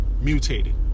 mutated